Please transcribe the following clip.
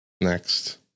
next